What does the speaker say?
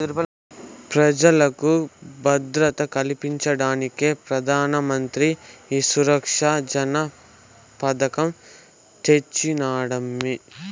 పెజలకు భద్రత కల్పించేదానికే పెదానమంత్రి ఈ సురక్ష జన పెదకం తెచ్చినాడమ్మీ